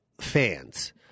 fans